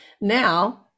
now